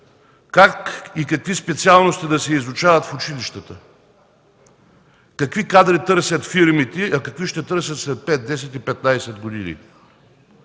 Как и какви специалности да се изучават в училищата? Какви кадри търсят фирмите, а какви ще търсят след пет, десет